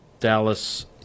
Dallas